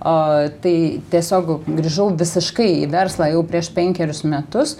o tai tiesiog grįžau visiškai į verslą jau prieš penkerius metus